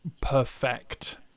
perfect